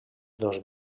dos